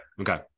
Okay